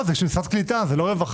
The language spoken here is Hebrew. לא, זה של משרד הקליטה, זה לא רווחה.